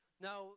Now